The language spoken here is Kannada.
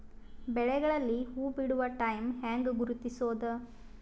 ಬೆಳೆಗಳಲ್ಲಿ ಹೂಬಿಡುವ ಟೈಮ್ ಹೆಂಗ ಗುರುತಿಸೋದ?